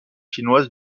chinoise